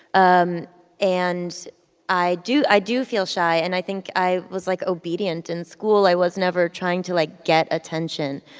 um and i do i do feel shy. and i think i was, like, obedient. in school, i was never trying to, like, get attention.